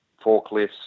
forklifts